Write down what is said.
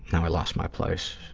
now i lost my place.